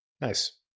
Nice